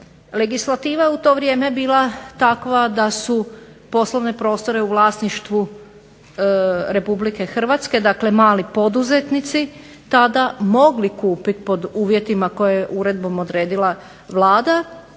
Legislativa je u to vrijeme bila takva da su poslovne prostore u vlasništvu republike Hrvatske, mali poduzetnici tada mogli kupiti pod uvjetima koje je uredbom odredila Vlada,